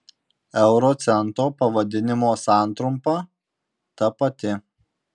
euro cento pavadinimo santrumpa ta pati